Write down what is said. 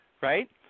Right